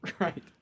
Right